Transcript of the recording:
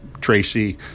Tracy